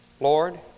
Lord